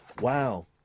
Wow